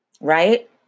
right